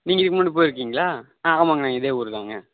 நீங்கள் இதுக்கு முன்னாடி போயிருக்கீங்களா ஆ ஆமாங்கண்ணே இதே ஊர் தாங்க